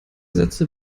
sätze